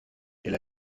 elle